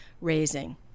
raising